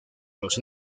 los